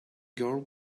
girl